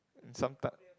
some type